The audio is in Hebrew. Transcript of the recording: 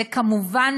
וכמובן,